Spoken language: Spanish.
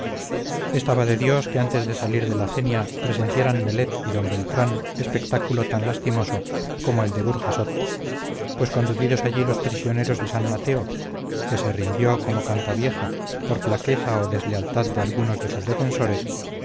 estaba de dios que antes de salir de la cenia presenciaran nelet y d beltrán espectáculo tan lastimoso como el de burjasot pues conducidos allí los prisioneros de san mateo que se rindió como cantavieja por flaqueza o deslealtad de algunos de sus defensores